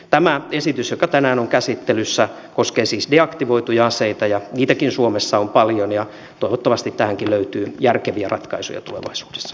tämä esitys joka tänään on käsittelyssä koskee siis deaktivoituja aseita ja niitäkin suomessa on paljon ja toivottavasti tähänkin löytyy järkeviä ratkaisuja tulevaisuudessa